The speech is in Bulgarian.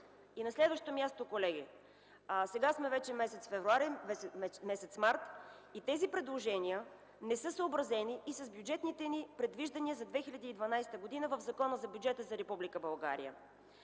На следващо място, колеги. Сега сме вече месец март и тези предложения не са съобразени и с бюджетните ни предвиждания за 2012 г. в Закона за бюджета на